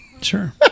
Sure